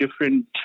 different